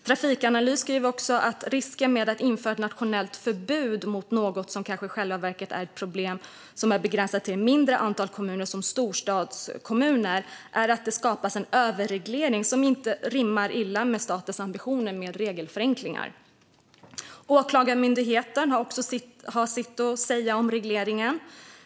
Trafikanalys skriver att "risken med att införa ett nationellt förbud mot något som kanske i själva verket är ett problem som är begränsat till ett mindre antal kommuner, om än storstadskommuner, är att det skapas en överreglering som rimmar illa med statens ambitioner om regelförenkling". Åklagarmyndigheten har också sitt att säga om regleringen.